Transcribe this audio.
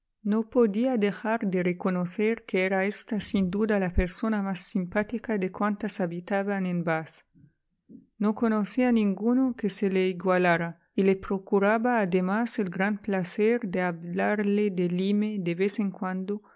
no podía dejar de reconocer que era ésta sin duda la persona más simpática de cuantas habitaban en bath no conocía ninguno que se le igualara y le procuraba además el gran placer de hablarle de lyme de vez en cuando